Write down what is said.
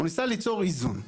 הוא ניסה ליצור איזון.